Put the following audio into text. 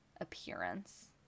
appearance